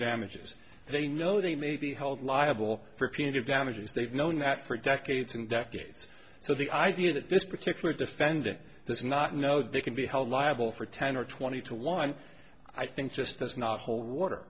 damages they know they may be held liable for peter damages they've known that for decades and decades so the idea that this particular defendant does not know they can be held liable for ten or twenty to one i think just does not hold water